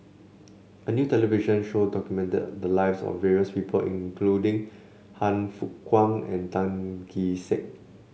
a new television show documented the lives of various people including Han Fook Kwang and Tan Kee Sek